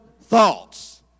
thoughts